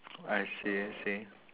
I see I see